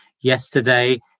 yesterday